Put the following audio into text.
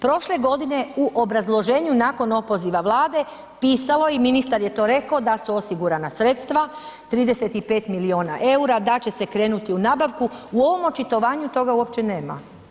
Prošle godine u obrazloženju nakon opoziva Vlade, pisalo je i ministar je to rekao da su osigurana sredstva, 35 milijuna eura, da će se krenuti u nabavku, u ovom očitovanju toga uopće nema.